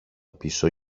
πίσω